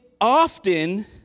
often